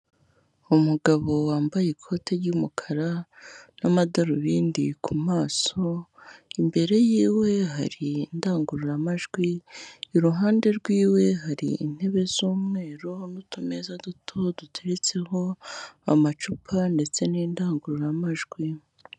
umugabo wambaye ikote ry'umukara n'amadarubindi ku maso, imbere yiwe hari indangururamajwi, iruhande rwiwe hari intebe z'umweru n'utumeza duto, duteretseho amacupa ndetse n'indangururamajwi.